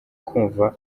kumva